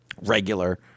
regular